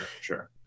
sure